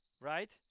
right